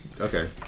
Okay